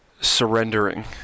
surrendering